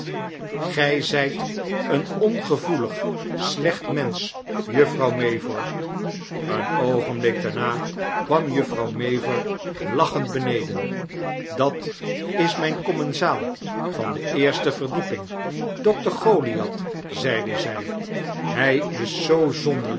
gij zyt een ongevoelig slecht mensch juffrouw mavor een oogenblik daarna kwam juffrouw mavor lachend beneden dat is myn commensaal van de eerste verdieping dokter goliath zeide zij hij is zoo